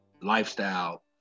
lifestyle